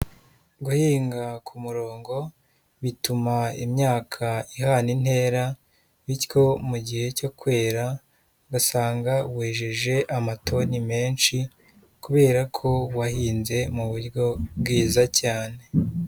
Guhinga ku murongo, bituma imyaka ihana intera, bityo mu gihe cyo kwera, ugasanga wejeje amatoni menshi, kubera ko wahinze mu buryo, bwiza cyane.